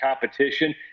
competition